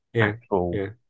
actual